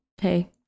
hey